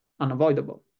unavoidable